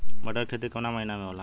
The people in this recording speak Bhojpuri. मटर क खेती कवन महिना मे होला?